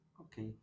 Okay